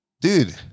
Dude